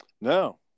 No